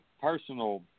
personal